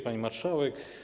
Pani Marszałek!